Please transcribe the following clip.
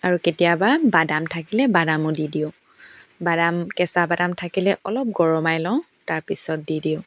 আৰু কেতিয়াবা বাদাম থাকিলে বাদামো দি দিওঁ বাদাম কেঁচা বাদাম থাকিলে অলপ গৰমাই লওঁ তাৰপিছত দি দিওঁ